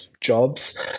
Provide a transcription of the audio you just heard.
jobs